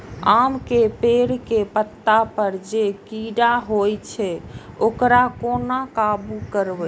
आम के पेड़ के पत्ता पर जे कीट होय छे वकरा केना काबू करबे?